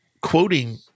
quoting